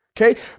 Okay